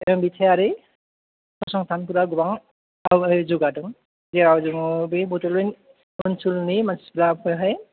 दैथायारि फसंथानफोरा गोबां जौगादों जेराव जोङो बे बड'लेण्ड ओनसोलनि मानसिफोर बेहाय